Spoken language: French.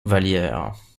vallières